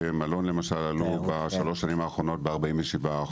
בתי מלון למשל עלו בשלוש השנים האחרונות ב-47%.